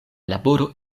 laboro